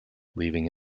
leaving